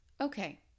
Okay